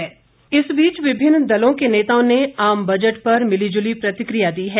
प्रतिक्रिया इस बीच विभिन्न दलों के नेताओं ने आम बजट पर मिलीजुली प्रतिक्रिया दी है